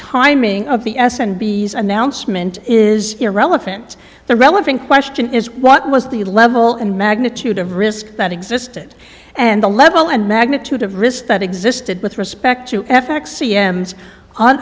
timing of the s and b s announcement is irrelevant the relevant question is what was the level and magnitude of risk that existed and the level and magnitude of risk that existed with respect to